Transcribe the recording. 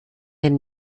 den